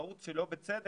טעות שלא בצדק,